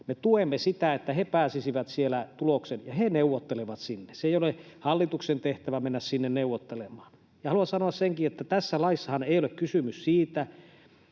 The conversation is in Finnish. me tuemme sitä, että he pääsisivät siellä tulokseen ja he neuvottelevat sen. Ei ole hallituksen tehtävä mennä sinne neuvottelemaan. Haluan sanoa senkin, että tässä laissahan ei ole kysymys siitä,